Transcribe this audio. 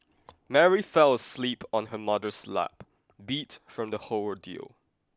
Mary fell asleep on her mother's lap beat from the whole ordeal